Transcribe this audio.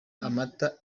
amata